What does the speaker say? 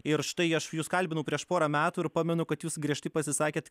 ir štai aš jus kalbinau prieš porą metų ir pamenu kad jūs griežtai pasisakėt